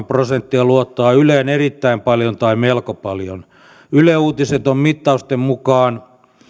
prosenttia luottaa yleen erittäin paljon tai melko paljon yle uutiset on mittausten mukaan